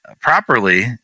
properly